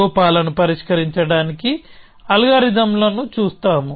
లోపాలను పరిష్కరించడానికి అల్గోరిథంల ను చూస్తాము